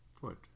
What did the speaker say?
foot